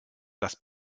das